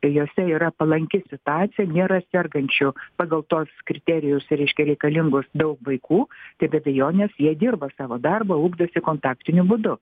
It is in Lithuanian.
jose yra palanki situacija nėra sergančių pagal tuos kriterijus reiškia reikalingus daug vaikų tai be abejonės jie dirba savo darbą ugdosi kontaktiniu būdu